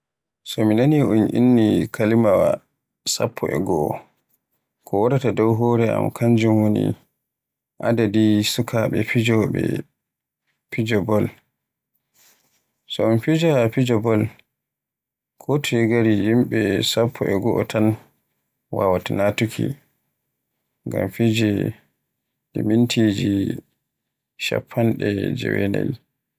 So mi nani un inni kalimaawa sappo e goo, ko waraata dow hore am, kanjum woni adadi sukaaɓe fijowoɓe fijo bol. So un fija fijo bol ko toye gari yimɓe sappo e goo tan wawaata natuuki, ngam fijo ɗe mintiji chappanɗe jewenay.